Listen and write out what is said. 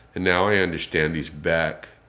and now i understand he's back.